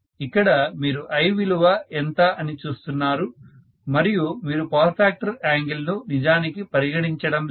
ఇక్కడ మీరు I విలువ ఎంత అని చూస్తున్నారు మరియు మీరు పవర్ ఫ్యాక్టర్ యాంగిల్ ను నిజానికి పరిగణించడం లేదు